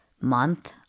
month